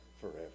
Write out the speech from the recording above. forever